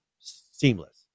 seamless